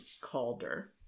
calder